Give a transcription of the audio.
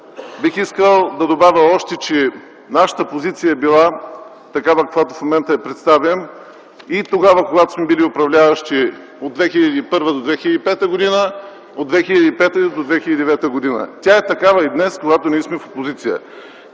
Бих искал да добавя още, че нашата позиция е била такава, каквато в момента я представям и тогава, когато сме били управляващи от 2001 до 2005 г., от 2005 до 2009 г., и тя е такава и днес, когато ние сме в опозиция.